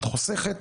את חוסכת